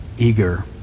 eager